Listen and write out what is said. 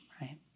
right